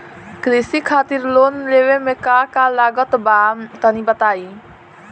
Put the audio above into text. कृषि खातिर लोन लेवे मे का का लागत बा तनि बताईं?